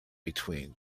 between